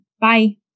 Bye